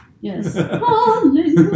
Yes